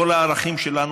כל הערכים שלנו,